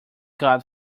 god